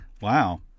Wow